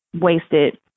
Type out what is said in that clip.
wasted